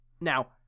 Now